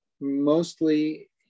mostly